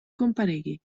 comparegui